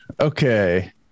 Okay